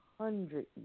hundred